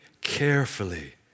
carefully